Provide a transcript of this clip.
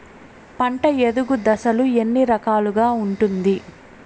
పంట ఎదుగు దశలు ఎన్ని రకాలుగా ఉంటుంది?